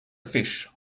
fish